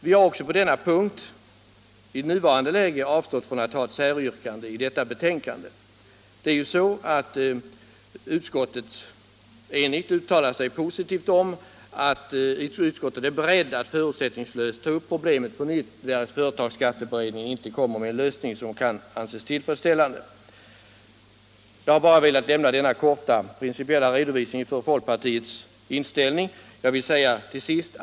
Vi har också på denna punkt avstått från ett säryrkande i detta betänkande. Ett i detta avseende enigt utskott uttalar sig positivt och säger att utskottet är berett att förutsättningslöst ta upp problemet på nytt, därest företagsskatteberedningen inte föreslår en lösning som kan anses tillfredsställande. Jag har bara velat lämna denna korta principiella redovisning för folkpartiets inställning.